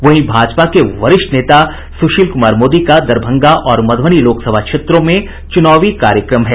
वहीं भाजपा के वरिष्ठ नेता सुशील कुमार मोदी का दरभंगा और मधुबनी लोकसभा क्षेत्रों में चुनावी कार्यक्रम है